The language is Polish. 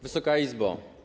Wysoka Izbo!